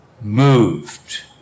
moved